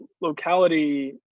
locality